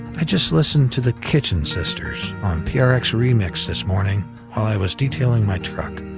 i just listened to the kitchen sisters on prx remix this morning while i was detailing my truck.